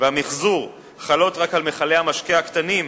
והמיחזור חלות רק על מכלי המשקה הקטנים.